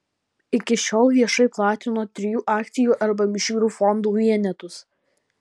iki šiol viešai platino trijų akcijų arba mišrių fondų vienetus